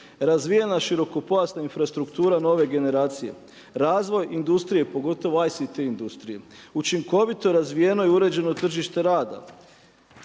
Razvijena širokopojasna infrastruktura nove generacije, razvoj industrije, pogotovo ICT industrije, učinkovito razvijeno i uređeno tržište rada.